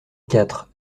quatre